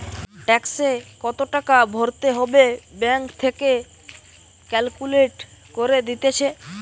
ট্যাক্সে কত টাকা ভরতে হবে ব্যাঙ্ক থেকে ক্যালকুলেট করে দিতেছে